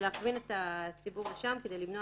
שיכלה לשמוע